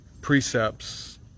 precepts